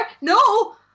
No